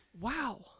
Wow